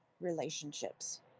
relationships